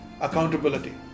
accountability